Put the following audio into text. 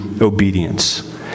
obedience